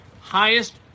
Highest